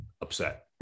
upset